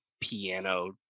piano